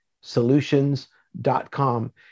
solutions.com